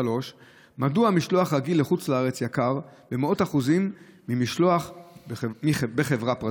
3. מדוע משלוח רגיל לחוץ לארץ יקר במאות אחוזים ממשלוח בחברה פרטית?